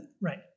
Right